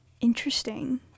Interesting